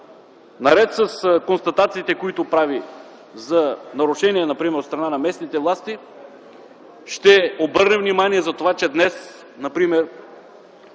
наред с констатациите, които прави за нарушения например от страна на местните власти, ще обърне внимание за това, че днес се